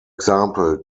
example